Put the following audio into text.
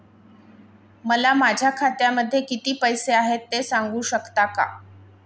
मला माझ्या खात्यामध्ये किती पैसे आहेत ते सांगू शकता का?